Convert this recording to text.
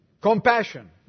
Compassion